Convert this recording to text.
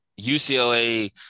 UCLA